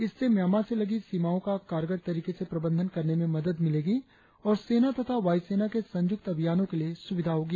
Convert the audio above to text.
इससे म्यामां से लगी सीमाओं का कारगर तरीके से प्रबंधन करने में मदद मिलेगी और सेना तथा वायुसेना के संयुक्त अभियानों के लिए सुविधा होगी